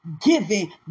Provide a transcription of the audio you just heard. giving